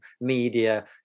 media